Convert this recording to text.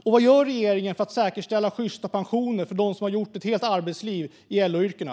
Och vad gör regeringen för att säkerställa sjysta pensioner för dem som jobbat ett helt arbetsliv i LO-yrkena?